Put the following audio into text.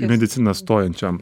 į mediciną stojančiam